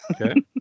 Okay